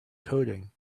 coding